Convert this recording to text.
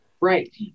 Right